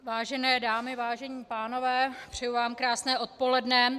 Vážené dámy, vážení pánové, přeji vám krásné odpoledne.